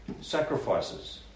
sacrifices